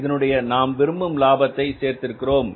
இதனுடன் நாம் விரும்புகிற லாபத்தை சேர்த்திருக்கிறோம்